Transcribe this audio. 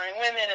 women